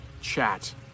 chat